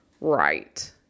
right